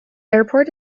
airport